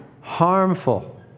harmful